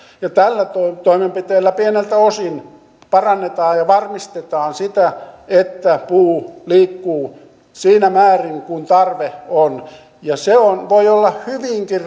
tällä toimenpiteellä pieneltä osin parannetaan ja varmistetaan sitä että puu liikkuu siinä määrin kuin tarve on ja tämä yksittäinenkin laki voi olla hyvinkin